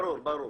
ברור.